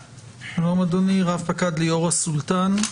שלום, אדוני; רב-פקד ליאורה סולטן.